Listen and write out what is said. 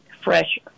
fresh